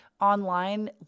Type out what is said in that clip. online